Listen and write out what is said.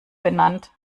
benannt